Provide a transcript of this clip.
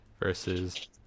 versus